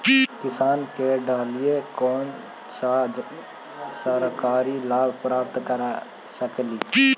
किसान के डालीय कोन सा सरकरी लाभ प्राप्त कर सकली?